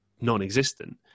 non-existent